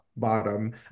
bottom